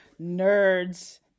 nerds